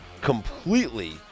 completely